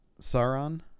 Sauron